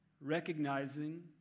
recognizing